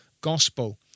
gospel